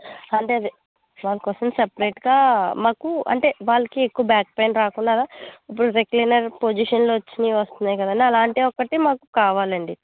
అంటే అదే వాళ్ళ కోసం సెపరేట్గా మాకు అంటే వాళ్ళకి ఎక్కువ బ్యాక్ పెయిన్ రాకుండా ఇప్పుడు రెక్లెయినర్ పొజిషన్లో వచ్చినవి వస్తున్నాయి కదండి అలాంటివి ఒకటి మాకు కావాలండి